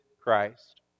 Christ